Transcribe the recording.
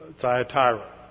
Thyatira